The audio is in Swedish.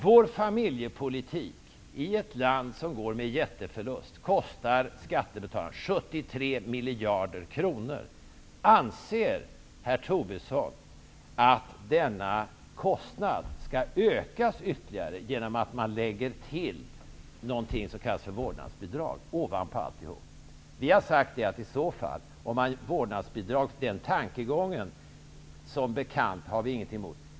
Vår familjepolitik, i ett land som går med jätteförlust, kostar skattebetalarna 73 miljarder kronor. Anser herr Tobisson att denna kostnad ytterligare skall ökas genom att man ovanpå alltihop lägger till något som kallas för vårdnadsbidrag? Vi nydemokrater har som bekant sagt att vi inte har något emot tankegången om vårdnadsbidrag.